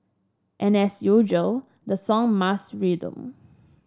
and as usual the song must rhyme